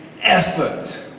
effort